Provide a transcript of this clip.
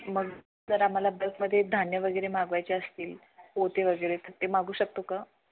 मग जर आम्हाला बगमध्ये धान्य वगैरे मागवायचे असतील पोते वगैरे तर ते मागू शकतो का